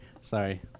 Sorry